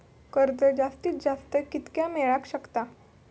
कर्ज जास्तीत जास्त कितक्या मेळाक शकता?